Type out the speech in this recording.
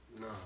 No